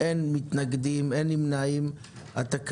הצבעה בעד,